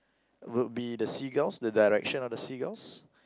would be the seagulls the direction of the seagulls